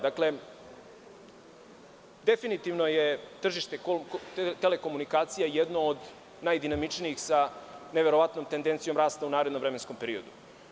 Dakle, definitivno je tržište telekomunikacija jedno od najdinamičnijih sa neverovatnom tendencijom rasta u narednom vremenskom periodu.